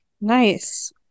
Nice